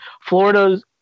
Florida's